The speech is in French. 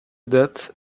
date